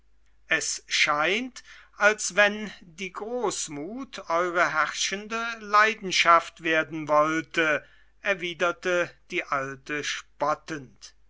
es scheint als wenn die großmut eure herrschende leidenschaft werden wollte erwiderte die alte spottend